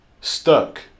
Stuck